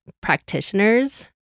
practitioners